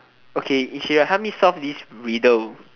okay if you will help me solve this riddle